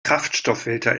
kraftstofffilter